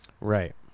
right